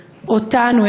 אותנו,